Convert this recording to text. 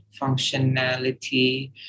functionality